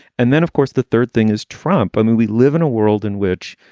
and then, of course, the third thing is trump. i mean, we live in a world in which.